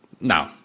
No